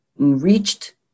enriched